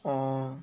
oh